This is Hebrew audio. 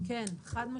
כן, חד משמעית.